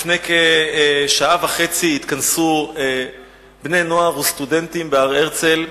לפני כשעה וחצי התכנסו בני-נוער וסטודנטים בהר-הרצל,